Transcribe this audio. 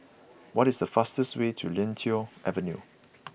what is the fastest way to Lentor Avenue